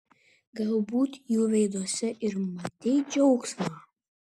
galbūt jų veiduose ir matei džiaugsmą